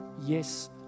yes